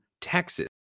Texas